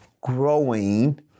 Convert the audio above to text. growing